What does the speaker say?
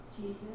Jesus